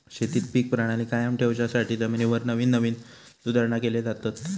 शेतीत पीक प्रणाली कायम ठेवच्यासाठी जमिनीवर नवीन नवीन सुधारणा केले जातत